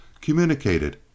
communicated